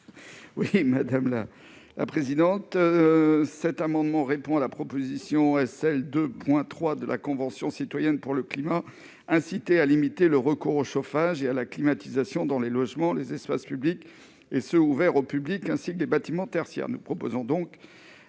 à M. Ronan Dantec. Par cet amendement, nous reprenons la proposition SL2.3 de la Convention citoyenne pour le climat intitulée :« Inciter à limiter le recours au chauffage et à la climatisation dans les logements, les espaces publics et ceux ouverts au public, ainsi que les bâtiments tertiaires